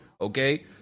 okay